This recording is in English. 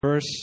Verse